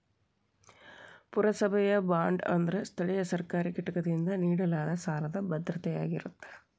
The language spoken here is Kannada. ಪುರಸಭೆಯ ಬಾಂಡ್ ಅಂದ್ರ ಸ್ಥಳೇಯ ಸರ್ಕಾರಿ ಘಟಕದಿಂದ ನೇಡಲಾದ ಸಾಲದ್ ಭದ್ರತೆಯಾಗಿರತ್ತ